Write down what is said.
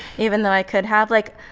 even though i could have. like,